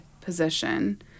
position